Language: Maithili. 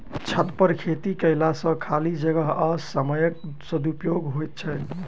छतपर खेती कयला सॅ खाली जगह आ समयक सदुपयोग होइत छै